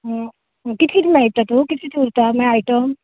आं कितली दीस मेळटात कितलें दीस उरतात माय आयटम